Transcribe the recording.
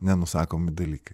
nenusakomi dalykai